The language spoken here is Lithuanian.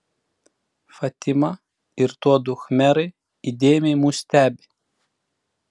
fatima ir tuodu khmerai įdėmiai mus stebi